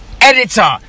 Editor